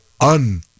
un-